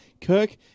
Kirk